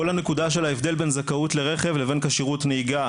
כל הנקודה של ההבדל בין זכאות לרכב לבין כשירות נהיגה,